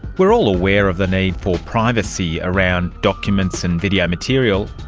we're all aware of the need for privacy around documents and video material.